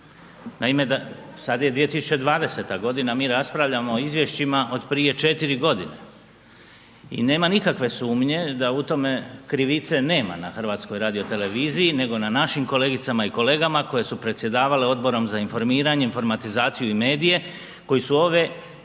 Naime, sad je 2020.g., mi raspravljamo o izvješćima od prije 4.g. i nema nikakve sumnje da u tome krivice nema na HRT-u nego na našim kolegicama i kolegama koje su predsjedavale Odborom za informiranje, informatizaciju i medije koji su ove i